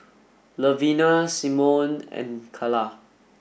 Levina Simone and Kala